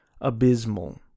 abysmal